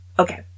Okay